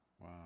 wow